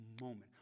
moment